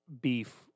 beef